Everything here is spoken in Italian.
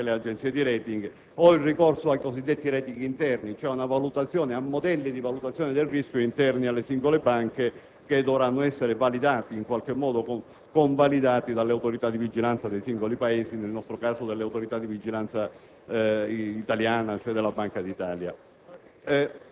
tipicamente le agenzie di *rating*, o il ricorso ai cosiddetti *rating* interni, cioè a modelli di valutazione del rischio interni alle singole banche che dovranno essere validati e in qualche modo convalidati anche delle Autorità di vigilanza dei singoli Paesi, quindi, nel nostro caso, dalla Banca d'Italia.